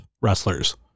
wrestlers